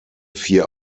vier